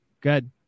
Good